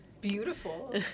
Beautiful